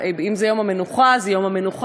אם זה יום המנוחה, זה יום המנוחה.